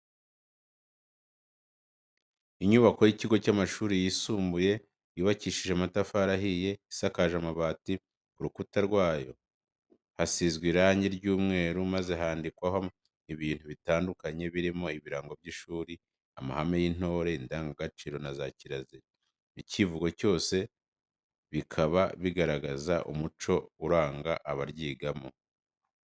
Inyubako y'ikigo cy'amashuri yisumbuye yubakishije amatafari ahiye, isakaje amabati, ku rukutwa rwayo kasizwe irangi ry'umweru maze handikwaho ibintu bitandukanye birimo ibirango by'ishuri, amahame y'intore, indangagaciro na za kirazira, icyivugo byose bikaba bigaragaza umuco uranga abaryigamo.